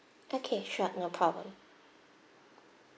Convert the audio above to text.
okay sure no problem